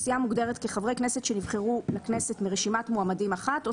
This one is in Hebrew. "סיעה" חברי הכנסת שנבחרו לכנסת מרשימת מועמדים אחת או